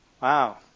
Wow